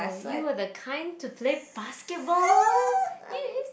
you are the kind to play basketball